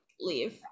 leave